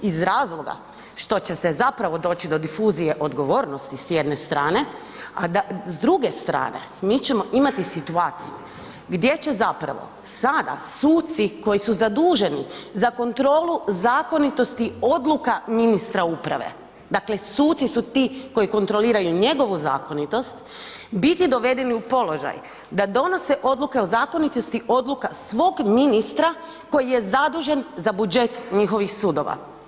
Iz razloga što će doći do difuzije odgovornosti s jedne strane, a s druge strane mi ćemo imati situaciju gdje će sada suci koji su zaduženi za kontrolu zakonitosti odluka ministra uprave, dakle suci su ti koji kontroliraju njegovu zakonitost biti dovedeni u položaj da donose odluke o zakonitosti odluka svog ministra koji je zadužen za budžet njihovih sudova.